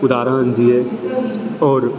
उदाहरण दिऐ आओर